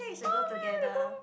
oh I really want to go